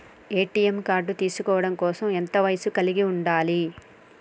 ATM card తీసుకోవడం కోసం ఎంత వయస్సు కలిగి ఉండాలి?